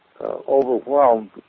overwhelmed